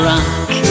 Rock